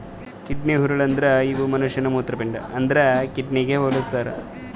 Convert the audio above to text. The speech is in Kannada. ಕಿಡ್ನಿ ಹುರುಳಿ ಅಂದುರ್ ಇವು ಮನುಷ್ಯನ ಮೂತ್ರಪಿಂಡ ಅಂದುರ್ ಕಿಡ್ನಿಗ್ ಹೊಲುಸ್ತಾರ್